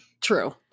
true